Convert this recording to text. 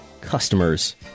customers